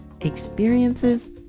experiences